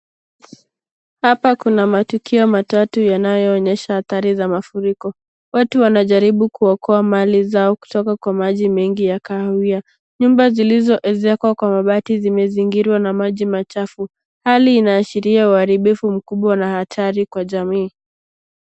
Hapa kuna matukio matatu yanayoonyesha athari za mafuriko. Watu wanajaribu kuokoa mali zao kutoka kwa maji mengi ya kahawia. Nyumba zilizoezekwa kwa mabati zimezingirwa na maji machafu, hali inaashiria uharibifu mkubwa na hatari kwa jamii.